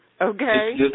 Okay